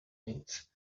needs